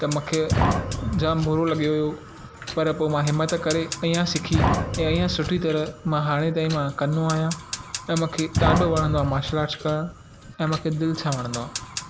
त मूंखे जाम बुरो लॻियो हुओ पर पोइ मां हिम्म्त करे अञा सिखी इअं सुठी तरह मां हाणे ताईं मां कंदो आहियां ऐं मूंखे ॾाढो वणंदो आहे मार्शल आट्स करण ऐं मूंखे दिलि सां वणंदो आहे